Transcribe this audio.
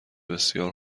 بسیار